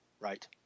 Right